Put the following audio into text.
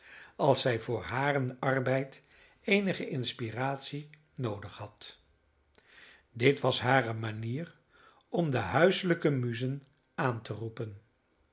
als zij voor haren arbeid eenige inspiratie noodig had dit was hare manier om de huiselijke muzen aan te roepen